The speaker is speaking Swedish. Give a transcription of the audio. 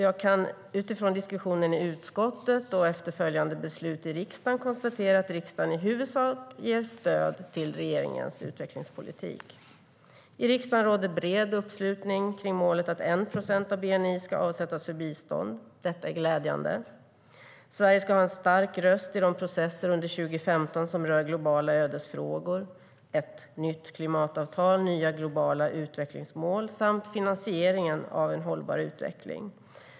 Jag kan utifrån diskussionen i utskottet och efterföljande beslut i riksdagen konstatera att riksdagen i huvudsak ger stöd till regeringens utvecklingspolitik.I riksdagen råder bred uppslutning kring målet att 1 procent av bni ska avsättas för bistånd. Detta är glädjande. Sverige ska ha en stark röst i de processer under 2015 som rör globala ödesfrågor: ett nytt klimatavtal, nya globala utvecklingsmål samt finansieringen av en hållbar utveckling.